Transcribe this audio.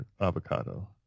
avocado